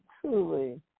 truly